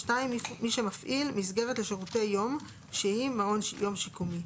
(2)מי שמפעיל מסגרת לשירותי יום שהיא מעון יום שיקומי.